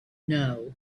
know